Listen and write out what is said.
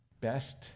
best